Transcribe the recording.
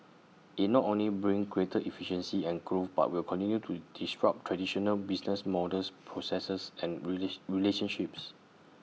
IT not only brings greater efficiency and growth but will continue to disrupt traditional business models processes and relationships